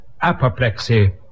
apoplexy